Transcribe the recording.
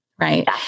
right